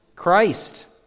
Christ